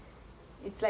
ya ya ya ya